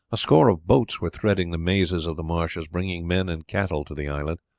a score of boats were threading the mazes of the marshes bringing men and cattle to the island.